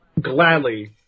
gladly